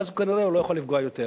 ואז כנראה הוא לא יכול לפגוע יותר.